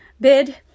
bid